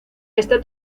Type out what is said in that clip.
esta